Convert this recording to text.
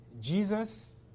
Jesus